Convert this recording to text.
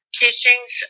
teachings